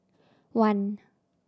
one